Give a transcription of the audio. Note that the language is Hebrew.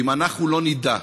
אם אנחנו לא נדע,